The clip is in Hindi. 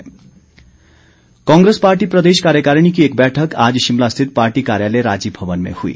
कांग्रेस बैठक कांग्रेस पार्टी प्रदेश कार्यकारिणी की एक बैठक आज शिमला स्थित पार्टी कार्यालय राजीव भवन में हुई